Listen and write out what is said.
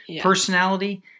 personality